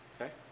okay